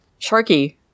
Sharky